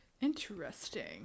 Interesting